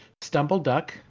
StumbleDuck